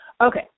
Okay